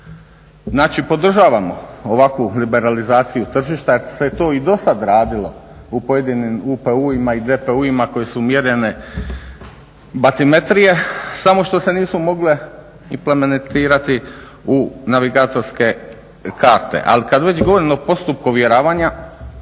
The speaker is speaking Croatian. Znači, podržavamo ovakvu liberalizaciju tržišta jer se to i dosad radilo u pojedinim UPU-ima i DPU-ima koje su mjerene batimetrije samo što se nisu mogle implementirati u navigatorske karte. Ali kad već govorim o postupku ovjeravanja